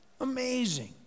Amazing